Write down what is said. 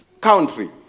country